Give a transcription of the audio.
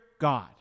God